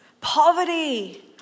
poverty